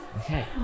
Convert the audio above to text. Okay